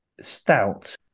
stout